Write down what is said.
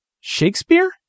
Shakespeare